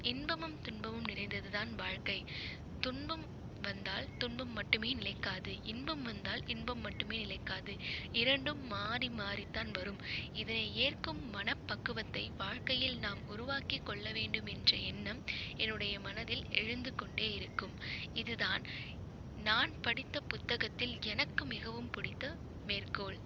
இன்பமும் துன்பமும் நிறைந்தது தான் வாழ்க்கை துன்பம் வந்தால் துன்பம் மட்டுமே நிலைக்காது இன்பம் வந்தால் இன்பம் மட்டுமே நிலைக்காது இரண்டும் மாறி மாறித்தான் வரும் இதனை ஏற்கும் மனப்பக்குவத்தை வாழ்க்கையில் நாம் உருவாக்கிக்கொள்ள வேண்டும் என்ற எண்ணம் என்னுடைய மனதில் எழுந்துக்கொண்டே இருக்கும் இது தான் நான் படித்த புத்தகத்தில் எனக்கு மிகவும் பிடித்த மேற்கோள்